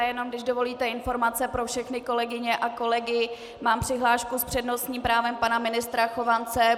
Jenom, když dovolíte, informace pro všechny kolegyně a kolegy, mám přihlášku s přednostním právem pana ministra Chovance.